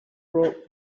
brought